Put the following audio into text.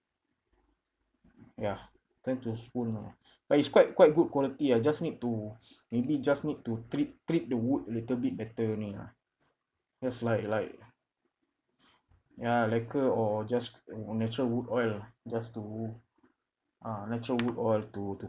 ya trying to spoon all but it's quite quite good quality ah just need to maybe just need to treat treat the wood a little bit better only ah just like like ya lacquer or just ah natural wood oil lah just to uh natural wood oil to to